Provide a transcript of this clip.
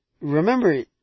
remember